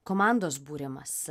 komandos būrimas